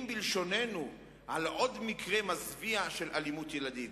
בלשוננו על עוד מקרה מזוויע של אלימות ילדים.